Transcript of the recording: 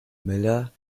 miller